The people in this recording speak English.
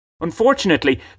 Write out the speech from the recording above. Unfortunately